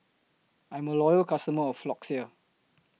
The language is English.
I'm A Loyal customer of Floxia